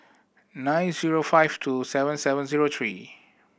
nine zero five two seven seven zero three